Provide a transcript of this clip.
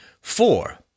four